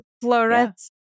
florets